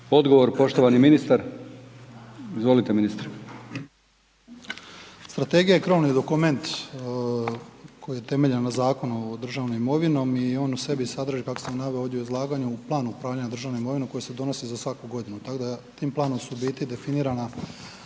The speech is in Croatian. Odgovor poštovani ministar. **Banožić, Mario (HDZ)** Strategija je krovni dokument koji je temeljen na Zakon o državnoj imovini i on u sebi sadrži kako sam naveo ovdje u izlaganju u planu upravljanja državne imovine koji se donosi za svaku godinu, tako da tim planom su definirana